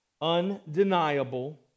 undeniable